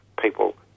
people